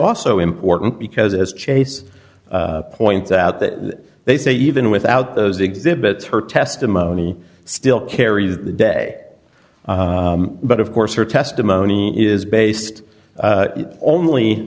also important because as chase points out that they say even without those exhibits her testimony still carry the day but of course her testimony is based only